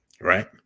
right